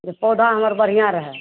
जे सौदा हमर बढ़ियाँ रहए